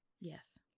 Yes